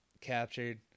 captured